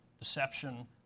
deception